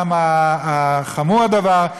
כמה חמור הדבר.